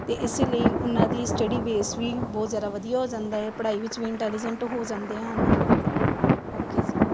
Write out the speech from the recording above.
ਅਤੇ ਇਸੇ ਲਈ ਉਨ੍ਹਾਂ ਦੀ ਸਟੱਡੀ ਬੇਸ ਵੀ ਬਹੁਤ ਜ਼ਿਆਦਾ ਵਧੀਆ ਹੋ ਜਾਂਦਾ ਹੈ ਪੜ੍ਹਾਈ ਵਿੱਚ ਮੈਂ ਇੰਟੈਲੀਜੈਂਟ ਹੋ ਜਾਂਦੇ ਹਨ ਓਕੇ ਜੀ